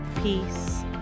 peace